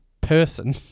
person